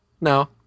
no